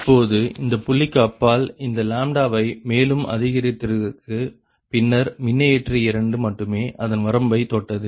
இப்பொழுது இந்த புள்ளிக்கு அப்பால் இந்த வை மேலும் அதிகரித்ததற்கு பின்னர் மின்னியற்றி இரண்டு மட்டுமே அதன் வரம்பை தொட்டது